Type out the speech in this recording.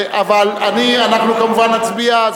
אבל אנחנו, כמובן, נצביע.